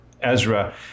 Ezra